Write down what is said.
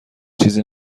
چیزی